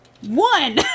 One